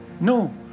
No